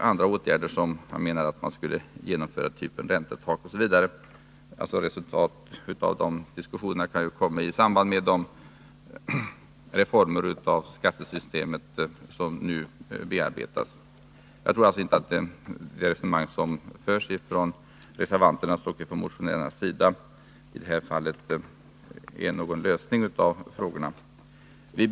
Andra åtgärder som Tore Claeson menade att han skulle genomföra var av typen räntetak. Jag tror inte att de resonemang som förs i de här frågorna från reservanternas och motionärernas sida innebär någon lösning av problemen.